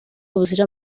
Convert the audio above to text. buzira